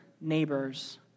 neighbors